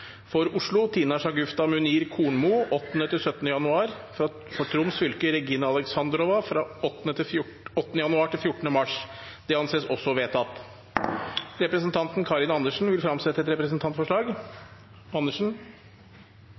for å møte i permisjonstiden: For Oslo: Tina Shagufta Munir Kornmo fra 8. til 17. januar For Troms fylke: Regina Alexandrova fra 8. januar til 14. mars Representanten Karin Andersen vil fremsette et representantforslag.